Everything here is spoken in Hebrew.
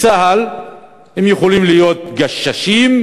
בצה"ל הם יכולים להיות גששים,